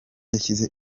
yashyize